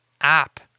app